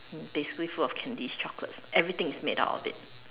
basically full of candies chocolates everything is made out of it